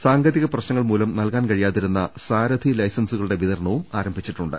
സാങ്കേതിക പ്രശ്നങ്ങൾ മൂലം നൽകാൻ കഴിയാതിരുന്ന സാർഥി ലൈസൻസുകളുടെ വിതരണവും ആരംഭിച്ചിട്ടുണ്ട്